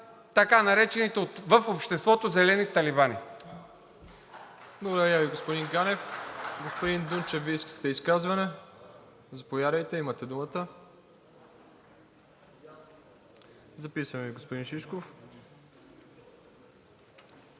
така наречените в обществото зелени талибани.